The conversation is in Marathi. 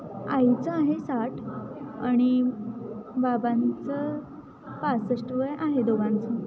आईचं आहे साठ आणि बाबांचं पासष्ट वय आहे दोघांचं